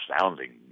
sounding